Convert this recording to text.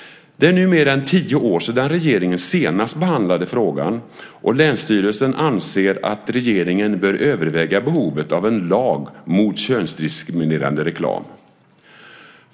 Det är nu mer än tio år sedan regeringen senast behandlade frågan, och länsstyrelsen anser att regeringen bör överväga behovet av en lag mot könsdiskriminerande reklam.